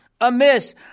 amiss